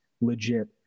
legit